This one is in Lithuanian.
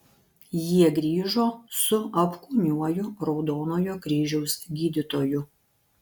jie grįžo su apkūniuoju raudonojo kryžiaus gydytoju